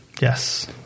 Yes